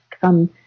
come